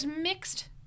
mixed